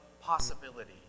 possibility